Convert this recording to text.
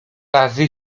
razy